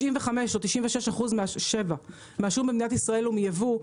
97 אחוז מהשום במדינת ישראל הוא מייבוא,